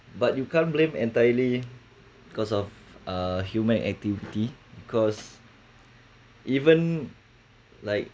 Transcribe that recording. but you can't blame entirely because of uh human activity because even like